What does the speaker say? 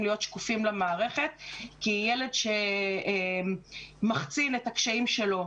להיות שקופים למערכת כי ילד שמחצין את הקשיים שלו,